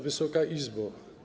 Wysoka Izbo!